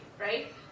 right